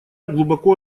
глубоко